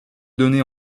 données